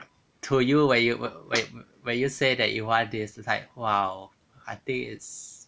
to you when you when when when you said that you want this it's like !wow! I think it's